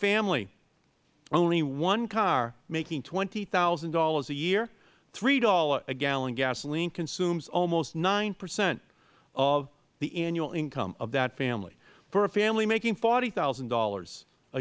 family only one car making twenty thousand dollars a year three dollars a gallon gasoline consumes almost nine percent of the annual income of that family for a family making forty thousand dollars a